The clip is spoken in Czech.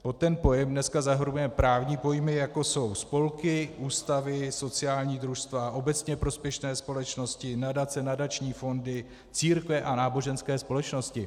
Pod ten pojem dneska zahrnujeme právní pojmy, jako jsou spolky, ústavy, sociální družstva, obecně prospěšné společnosti, nadace, nadační fondy, církve a náboženské společnosti.